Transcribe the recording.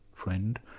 friend?